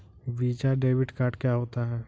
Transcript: Visa debit card क्या होता है?